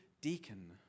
deacon